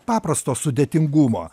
paprasto sudėtingumo